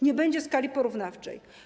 Nie będzie skali porównawczej.